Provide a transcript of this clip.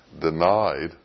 denied